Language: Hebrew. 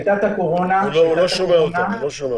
רגע, הוא לא שומע אותך.